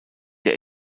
der